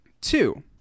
two